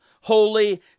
holy